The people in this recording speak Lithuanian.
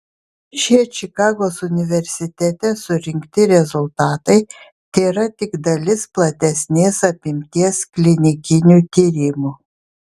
šie čikagos universitete surinkti rezultatai tėra tik dalis platesnės apimties klinikinių tyrimų